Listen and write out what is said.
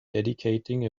dedicating